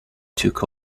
took